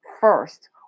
first